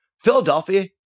Philadelphia